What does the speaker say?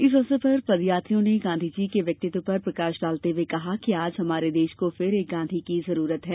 इस अवसर पर पद यात्रियों ने गांधीजी के व्यक्तित्व पर प्रकाश डालते हुए कहा कि आज हमारे देश को फिर एक गांधी की जरूरत है